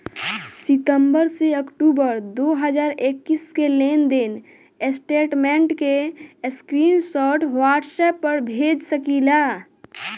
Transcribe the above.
सितंबर से अक्टूबर दो हज़ार इक्कीस के लेनदेन स्टेटमेंट के स्क्रीनशाट व्हाट्सएप पर भेज सकीला?